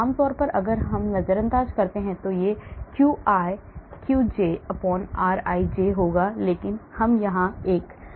आम तौर पर अगर हम नजरअंदाज करते हैं कि यह qi qjrij होगा लेकिन हम यहां पर dielectric constant हुआ constant लाते हैं